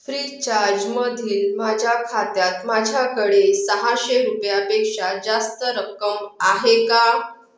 फ्रीचार्जमधील माझ्या खात्यात माझ्याकडे सहाशे रुपयापेक्षा जास्त रक्कम आहे का